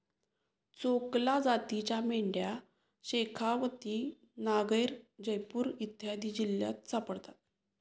चोकला जातीच्या मेंढ्या शेखावती, नागैर, जयपूर इत्यादी जिल्ह्यांत सापडतात